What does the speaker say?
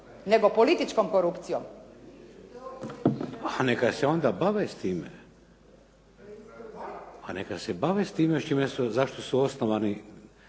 Vladimir (HDZ)** A neka se onda bave s time. A neka se bave s time za što su osnovani